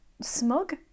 smug